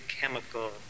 chemical